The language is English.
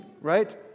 right